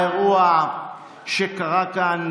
האירוע שקרה כאן,